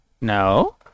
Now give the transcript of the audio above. No